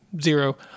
Zero